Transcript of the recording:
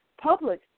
public